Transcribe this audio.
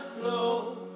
flow